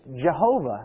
Jehovah